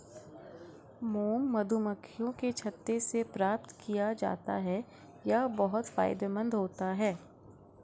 mom मधुमक्खियों के छत्ते से प्राप्त किया जाता है यह बहुत फायदेमंद होता है